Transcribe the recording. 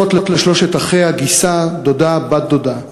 אחות לשלושת אחיה, גיסה, דודה, בת-דודה.